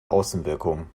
außenwirkung